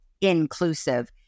inclusive